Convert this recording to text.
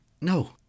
No